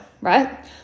right